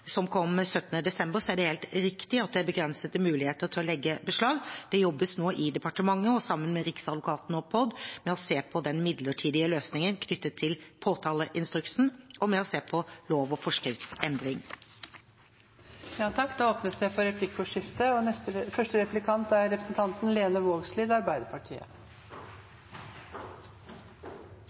som kom 17. desember, er det helt riktig at det begrenser muligheten til å legge beslag. Det jobbes nå i departementet, sammen med Riksadvokaten og Politidirektoratet, med å se på midlertidige løsninger knyttet til påtaleinstruksen og med å se på lov- og